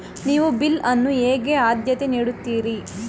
ನೀವು ಬಿಲ್ ಅನ್ನು ಹೇಗೆ ಆದ್ಯತೆ ನೀಡುತ್ತೀರಿ?